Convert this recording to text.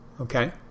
Okay